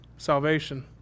salvation